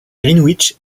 greenwich